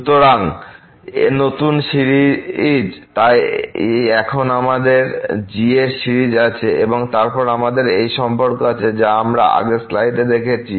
সুতরাং নতুন সিরিজে তাই এখন আমাদের g এর সিরিজ আছেএবং তারপর আমাদের এই সম্পর্ক আছে যা আমরা আগের স্লাইডে দেখেছি